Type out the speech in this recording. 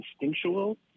instinctual